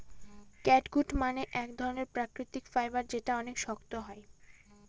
catgut মানে এক ধরনের প্রাকৃতিক ফাইবার যেটা অনেক শক্ত হয়